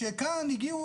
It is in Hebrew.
מה?